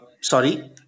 sorry